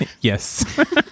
Yes